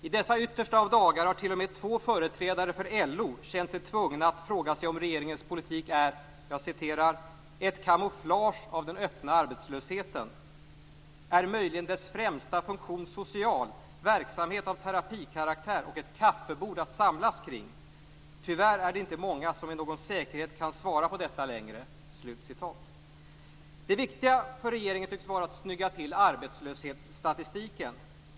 I dessa yttersta av dagar har t.o.m. två företrädare för LO känt sig tvungna att fråga sig om regeringens politik är "ett kamouflage av den öppna arbetslösheten? Är möjligen dess främsta funktion social - verksamhet av terapikaraktär och ett kaffebord att samlas kring? - Tyvärr är det inte många som med någon säkerhet kan svara på detta längre." Det viktiga för regeringen tycks vara att snygga till arbetslöshetsstatistiken.